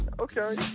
okay